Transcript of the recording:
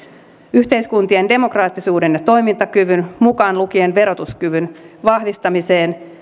yhteiskuntien demokraattisuuden ja toimintakyvyn mukaan lukien verotuskyvyn vahvistamiseen